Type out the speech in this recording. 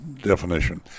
definition